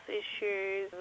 issues